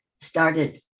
started